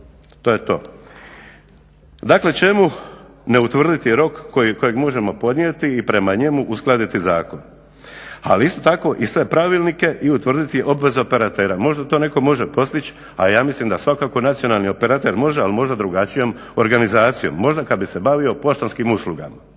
to je to. Dakle čemu ne utvrditi rok kojeg možemo podnijeti i prema njemu uskladiti zakon, ali isto tako i sve pravilnike i utvrditi obveze operatera. Možda to netko može postići, a ja mislim da svakako nacionalni operater može ali možda drugačijom organizacijom. Možda kad bi se bavio poštanskim uslugama,